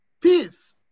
Peace